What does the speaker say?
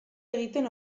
egiten